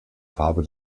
farbe